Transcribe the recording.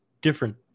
different